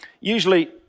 usually